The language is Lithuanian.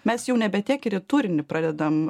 mes jau nebe tiek ir į turinį pradedam